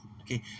okay